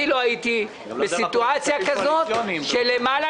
אני לא הייתי בסיטואציה כזאת של למעלה